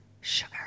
Sugar